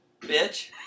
Bitch